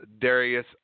Darius